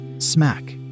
Smack